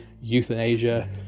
euthanasia